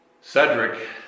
Cedric